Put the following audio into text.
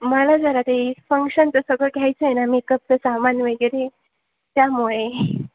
मला जरा ते फंक्शनचं सगळं घ्यायचं आहे ना मेकअपचं सामान वगैरे त्यामुळे